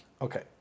Okay